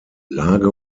lage